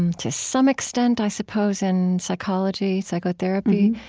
um to some extent, i suppose, in psychology, psychotherapy,